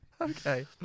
Okay